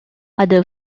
other